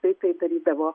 tai tai darydavo